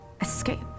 escape